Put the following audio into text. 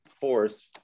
force